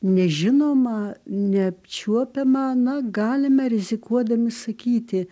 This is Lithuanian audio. nežinoma neapčiuopiama na galime rizikuodami sakyti